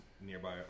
nearby